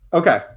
okay